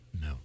No